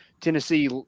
Tennessee